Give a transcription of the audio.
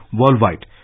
worldwide